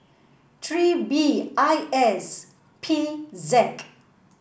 three B I S P Z